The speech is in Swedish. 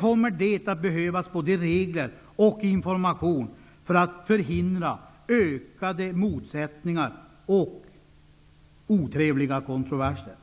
kommer att behövas både regler och information för att förhindra ökade motsättningar och otrevliga kontroverser.